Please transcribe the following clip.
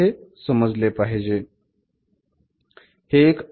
हे समजले पाहिजे